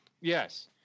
Yes